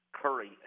Curry